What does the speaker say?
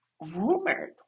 rumored